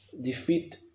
defeat